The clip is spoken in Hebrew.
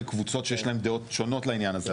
קבוצות שיש להן דעות שונות לעניין הזה,